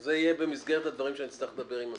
זה יהיה במסגרת הדברים שאני אצטרך לדבר עם השר.